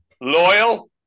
Loyal